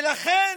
ולכן